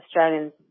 Australians